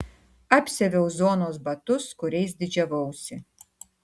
apsiaviau zonos batus kuriais didžiavausi